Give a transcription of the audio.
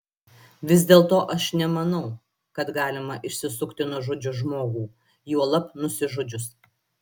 vis dėlto aš nemanau kad galima išsisukti nužudžius žmogų juolab nusižudžius